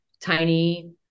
tiny